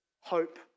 hope